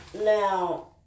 Now